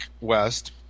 West